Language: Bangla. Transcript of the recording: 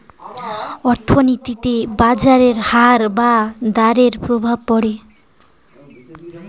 অর্থনীতিতে বাজারের হার বা দরের প্রভাব পড়ে